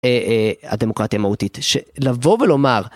הדמוקרטיה המהותית, לבוא ולומר.